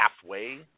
halfway